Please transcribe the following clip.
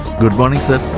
good morning, sir